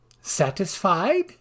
Satisfied